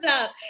up